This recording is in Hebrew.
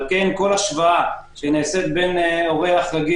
על כן כל השוואה שנעשית בין אורח רגיל